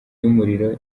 y’umuriro